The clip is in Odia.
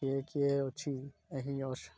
କିଏ କିଏ ଅଛି ଏହି